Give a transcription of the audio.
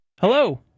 hello